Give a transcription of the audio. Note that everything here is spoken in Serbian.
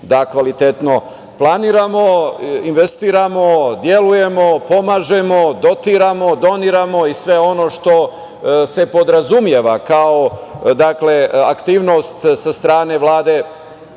da kvalitetno planiramo, investiramo, delujemo, pomažemo, dotiramo, doniramo i sve ono što se podrazumeva kao aktivnost sa strane Vlade